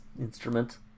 instrument